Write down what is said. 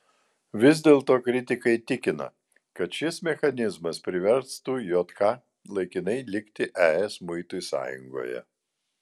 vis dėlto kritikai tikina kad šis mechanizmas priverstų jk laikinai likti es muitų sąjungoje